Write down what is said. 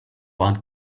one